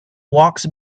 walks